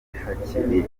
hakiri